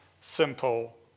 simple